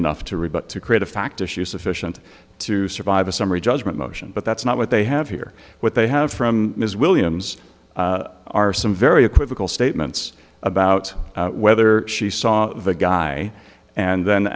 enough to rebut to create a fact issue sufficient to survive a summary judgment motion but that's not what they have here what they have from ms williams are some very equivocal statements about whether she saw the guy and then